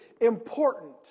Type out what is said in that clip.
important